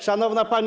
Szanowna Pani!